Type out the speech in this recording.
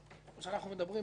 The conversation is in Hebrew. או בעולם מעשי.